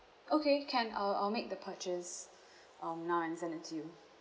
okay can I'll I'll make the purchase um now and send it to you